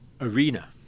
arena